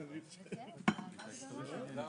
בשעה